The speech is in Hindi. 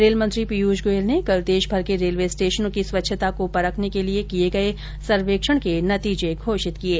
रेलमंत्री पीयूष गोयल ने कल देशभर के रेलवे स्टेशनों की स्वच्छता को परखने के लिये किये गये सर्वेक्षण के नतीजे घोषित किये